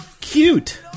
Cute